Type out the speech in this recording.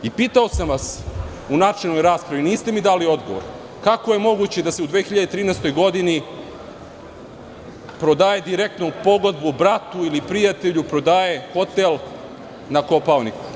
Pitao sam vas u načelnoj raspravi, niste mi dali odgovor, kako je moguće da se u 2013. godini prodaje direktno u pogodbu bratu ili prijatelju hotel na Kopaoniku?